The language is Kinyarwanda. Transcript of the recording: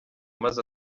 maze